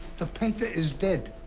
the painter is dead.